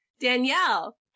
Danielle